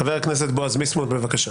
חבר הכנסת בועז ביסמוט, בבקשה.